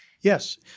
Yes